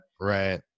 Right